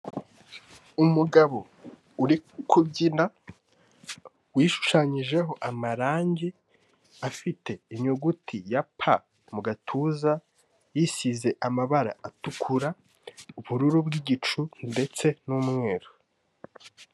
Umugabo uri kubyina wishushanyijeho amarangi, afite inyuguti ya P mu gatuza yisize amabara atukura, ubururu bwigicucu ndetse n'umweru.